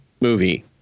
movie